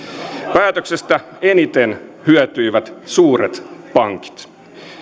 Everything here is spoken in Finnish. päätöksestä eniten hyötyivät suuret pankit